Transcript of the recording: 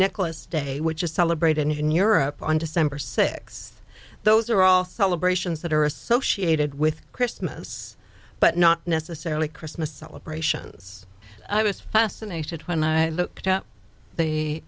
nicholas day which is celebrated in europe on december sixth those are all celebrations that are associated with christmas but not necessarily christmas celebrations i was fascinated when i looked up the